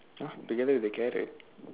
!huh! together with the carrot